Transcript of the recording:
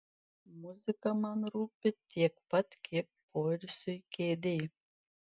muzika man rūpi tiek pat kiek poilsiui kėdė